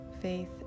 Faith